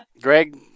Greg